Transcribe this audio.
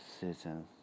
seasons